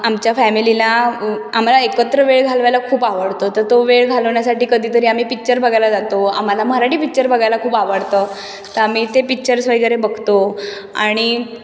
आमच्या फॅमिलीला आम्हाला एकत्र वेळ घालवायला खूप आवडतो तर तो वेळ घालवण्यासाठी कधीतरी आम्ही पिच्चर बघायला जातो आम्हाला मराठी पिच्चर बघायला खूप आवडतं तर आम्ही ते पिच्चर्स वगैरे बघतो आणि